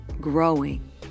growing